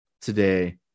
today